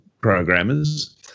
programmers